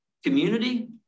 community